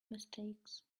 mistakes